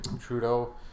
Trudeau